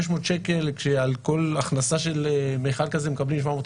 500 שקל כשעל כל הכנסה של מכל כזה מקבלים 750